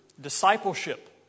discipleship